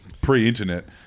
pre-internet